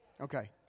Okay